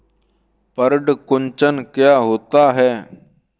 पर्ण कुंचन क्या होता है?